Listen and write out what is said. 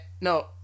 No